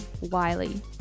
Wiley